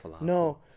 No